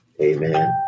Amen